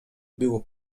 było